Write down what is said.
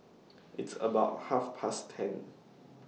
its about Half Past ten